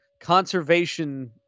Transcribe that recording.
conservation